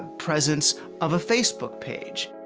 presence of a facebook page.